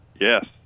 Yes